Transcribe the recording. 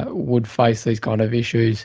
ah would face these kinds kind of issues